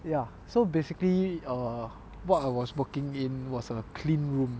ya so basically err what I was working in was a clean room